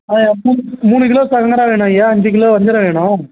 ஆ மூணு மூணு கிலோ சங்கரா வேணும் ஐயா அஞ்சு கிலோ வஞ்சிரம் வேணும்